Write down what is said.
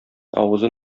авызы